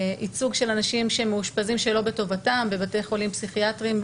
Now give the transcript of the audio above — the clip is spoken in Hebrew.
ייצוג של אנשים שמאושפזים שלא בטובתם בבתי חולים פסיכיאטרים,